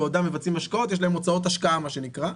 בעודם מבצעים השקעות יש להם הוצאות השקעה מה שנקרא,